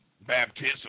baptism